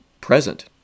present